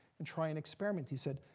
and try an experiment. he said,